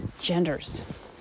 genders